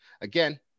again